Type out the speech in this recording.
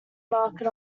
market